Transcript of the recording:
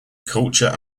culture